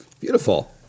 Beautiful